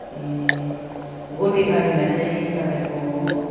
ए गोटे गाडीमा चाहिँ तपाईँको